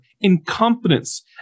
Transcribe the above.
incompetence